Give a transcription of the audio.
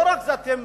לא רק זה, אתם